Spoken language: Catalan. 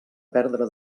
perdre